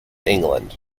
england